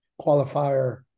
qualifier